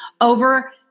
over